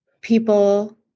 people